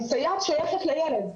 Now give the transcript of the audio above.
סייעת שייכת לילד,